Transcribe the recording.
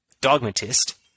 dogmatist